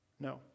No